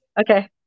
Okay